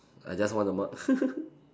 I just want the mark